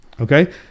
Okay